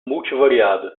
multivariada